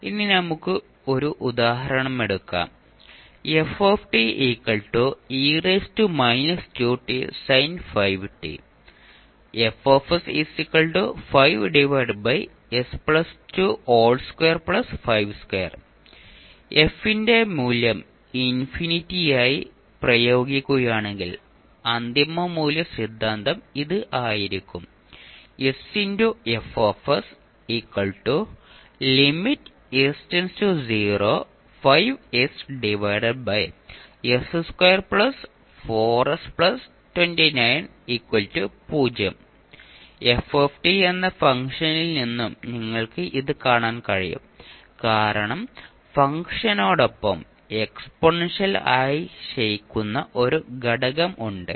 ഇനി നമുക്ക് ഉദാഹരണമെടുക്കാം f ന്റെ മൂല്യം ഇൻഫിനിറ്റിയായി പ്രയോഗിക്കുകയാണെങ്കിൽ അന്തിമ മൂല്യ സിദ്ധാന്തം ഇത് ആയിരിക്കും f എന്ന ഫംഗ്ഷനിൽ നിന്നും നിങ്ങൾക്ക് ഇത് കാണാൻ കഴിയും കാരണം ഫംഗ്ഷനോടൊപ്പം എക്സ്പോണൻഷ്യൽ ആയി ക്ഷയിക്കുന്ന ഒരു ഘടകം ഉണ്ട്